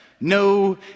No